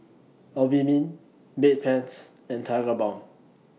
Obimin Bedpans and Tigerbalm